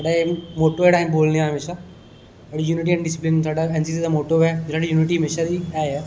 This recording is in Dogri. साढ़ा ऐ बोलना ऐ हमेशा साढ़ी यूनिटी एंड डिसीपलेन साढ़ा एनसीसी दा मोटो ऐ साढ़ी यूनिटी हमेशा दी है ऐ